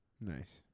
Nice